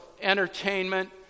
entertainment